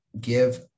give